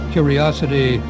Curiosity